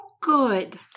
Good